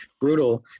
brutal